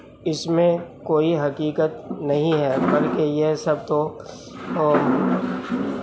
اس میں کوئی حقیقت نہیں ہے بلکہ یہ سب تو اور